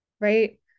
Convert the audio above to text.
right